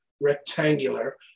rectangular